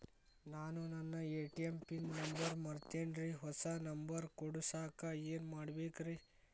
ನಾನು ನನ್ನ ATM pin number ಮರ್ತೇನ್ರಿ, ಹೊಸಾ ನಂಬರ್ ಕುಡಸಾಕ್ ಏನ್ ಮಾಡ್ಬೇಕ್ರಿ?